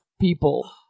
people